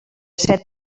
set